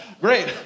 great